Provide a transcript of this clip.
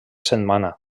setmana